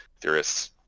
theorists